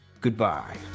Goodbye